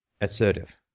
assertive